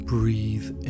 Breathe